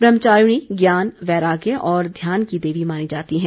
ब्रह्मचारिणी ज्ञान वैराग्य और ध्यान की देवी मानी जाती है